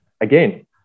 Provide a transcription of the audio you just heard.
again